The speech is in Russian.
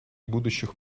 будущих